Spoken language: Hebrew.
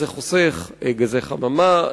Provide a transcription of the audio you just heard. זה חוסך גזי חממה,